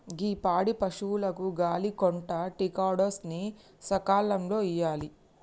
గీ పాడి పసువులకు గాలి కొంటా టికాడోస్ ని సకాలంలో ఇయ్యాలి